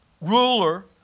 ruler